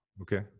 okay